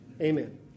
Amen